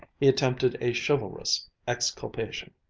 he attempted a chivalrous exculpation.